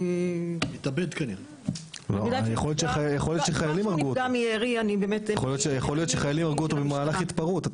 יכול להיות שחיילים הרגו אותו במהלך התפרעות,